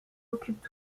occupe